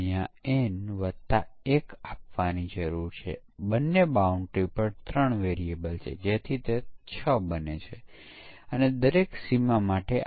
alpha પરીક્ષણ વિકાસ team દ્વારા કરવામાં આવે છે અને અહીં આપણે જોઈ શકીએ છીએ કે સોફ્ટવેરના આંતરિક ભાગમાં તેમને એક્સેસ છે